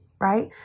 right